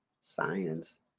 science